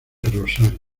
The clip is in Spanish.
rosario